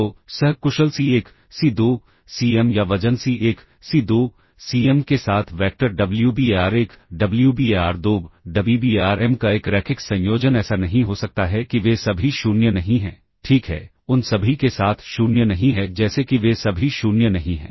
तो सह कुशल C1 C2 Cm या वजन C1 C2 Cm के साथ वैक्टर Wbar1 Wbar2 Wbarm का एक रैखिक संयोजन ऐसा नहीं हो सकता है कि वे सभी 0 नहीं हैं ठीक है उन सभी के साथ 0 नहीं है जैसे कि वे सभी 0 नहीं हैं